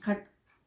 cut